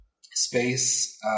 space